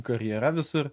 karjera visur